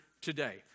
today